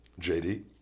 JD